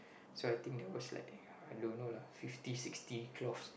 so I think that was like I don't know lah fifty sixty cloths